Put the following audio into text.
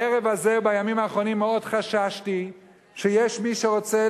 בערב הזה ובימים האחרונים מאוד חששתי שיש מי שרוצה